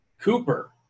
Cooper